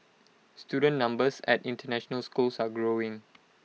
student numbers at International schools are growing